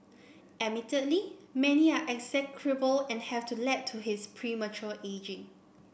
admittedly many are execrable and have to led to his premature ageing